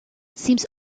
seems